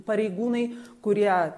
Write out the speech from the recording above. pareigūnai kurie